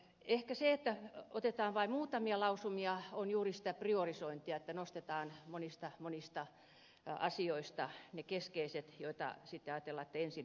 ehkä se että otetaan vain muutamia lausumia on juuri sitä priorisointia että nostetaan monista monista asioista ne keskeiset joista sitten ajatellaan että ensin hoidetaan ne